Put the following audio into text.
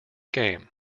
game